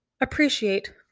appreciate